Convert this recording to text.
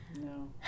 No